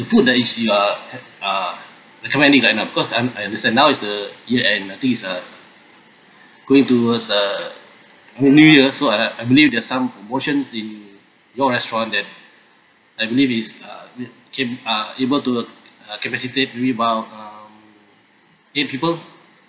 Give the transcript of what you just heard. food that is you uh h~ uh recommending right now because I'm I understand now is the year end I think it's uh going towards the new year so uh I believe there are some promotions in your restaurant that I believe is uh can uh able to uh capacity about um eight people